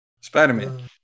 Spider-Man